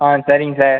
ஆ சரிங்க சார்